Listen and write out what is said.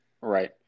Right